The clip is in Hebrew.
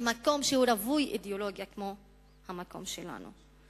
במקום שהוא רווי אידיאולוגיה כמו המקום שלנו.